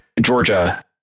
Georgia